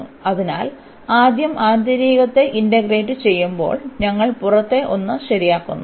അതിനാൽ ആദ്യം ആന്തരികത്തെ ഇന്റഗ്രേറ്റ് ചെയ്യുമ്പോൾ ഞങ്ങൾ പുറത്തെ ഒന്ന് ശരിയാക്കുന്നു